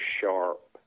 sharp